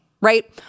right